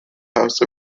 house